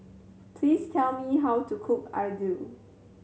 please tell me how to cook idly